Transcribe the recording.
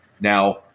Now